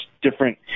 Different